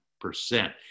percent